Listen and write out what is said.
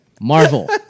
Marvel